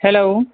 hello